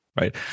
right